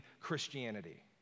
Christianity